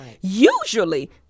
Usually